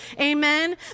Amen